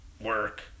work